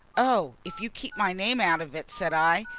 oh, if you keep my name out of it, said i,